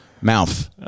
mouth